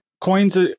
coins